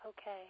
Okay